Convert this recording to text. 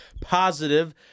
positive